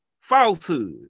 Falsehood